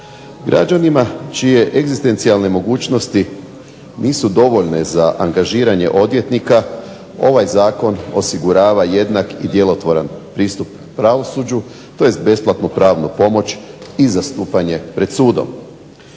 Građanima čije egzistencijalne mogućnosti nisu dovoljne za angažiranje odvjetnika ovaj zakon osigurava jednak i djelotvoran pristup pravosuđu tj. besplatnu pravnu pomoć i zastupanje pred sudom.